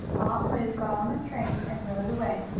aunt lu got on the train and rode away,